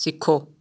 ਸਿੱਖੋ